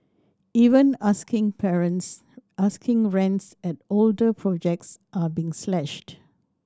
even asking parents asking rents at older projects are being slashed